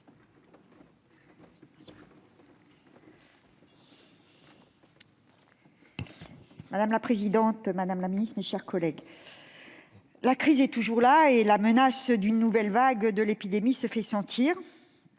Madame la présidente, madame la ministre, mes chers collègues, la crise est toujours là et la menace d'une nouvelle vague de l'épidémie se fait sentir.